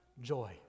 joy